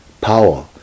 power